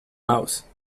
mouse